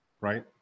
right